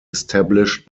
established